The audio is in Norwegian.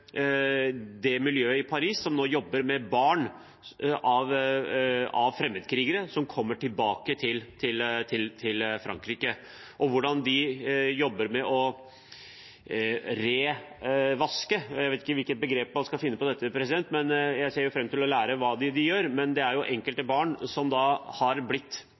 det miljøet i Paris som nå jobber med barn av fremmedkrigere som kommer tilbake til Frankrike, og se på hvordan de jobber med å «revaske» dem – jeg vet ikke hvilket begrep man skal bruke på dette – og jeg ser fram til å lære hva det er de gjør. Enkelte barn har blitt